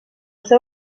seu